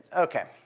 ok.